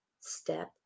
step